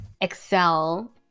excel